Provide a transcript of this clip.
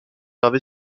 gravé